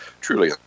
truly